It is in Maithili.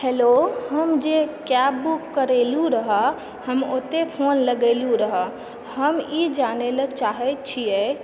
हैलो हम जे कैब बुक करेलू रहए हम ओतै फोन लगेलू रहए हम ई जानै ले चाहै छियै